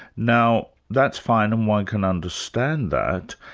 now that's fine and one can understand that,